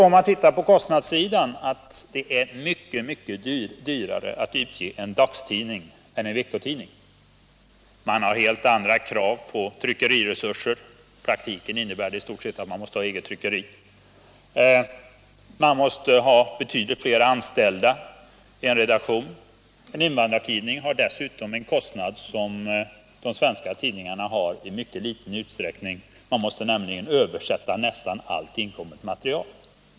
Om vi tittar på kostnadssidan, finner vi att det är mycket dyrare att utge en dagstidning än en veckotidning. Det ställs helt andra krav på tryckeriresurser. I praktiken innebär det i stort sett att man måste ha eget tryckeri. Man måste ha betydligt fler anställda i redaktionen. En invandrartidning har dessutom en kostnad som de svenska tidningarna har i mycket liten utsträckning. Man måste nämligen översätta nästan allt inkommet material.